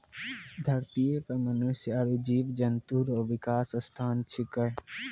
धरतीये पर मनुष्य आरु जीव जन्तु रो निवास स्थान छिकै